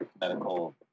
medical